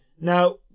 Now